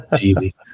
easy